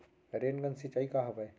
Rain gun सिंचाई का हवय?